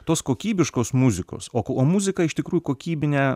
tos kokybiškos muzikos o ko muzika iš tikrųjų kokybine